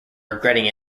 regretting